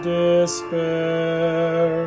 despair